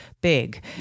big